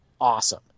awesome